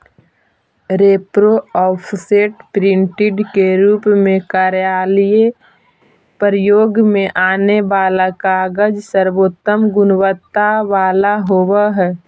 repro, offset, printing के रूप में कार्यालयीय प्रयोग में आगे वाला कागज सर्वोत्तम गुणवत्ता वाला होवऽ हई